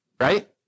Right